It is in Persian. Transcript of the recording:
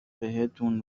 بهتون